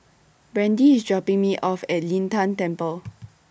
Brandee IS dropping Me off At Lin Tan Temple